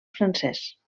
francès